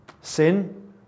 Sin